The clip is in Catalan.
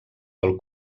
del